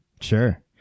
Sure